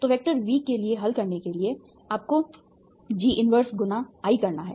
तो vector V के लिए हल करने के लिए आपको G 1 × I करना है